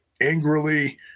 angrily